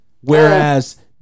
whereas